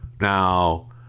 now